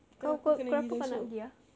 kan aku kena pergi Daiso